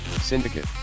Syndicate